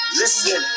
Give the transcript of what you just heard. listen